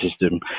system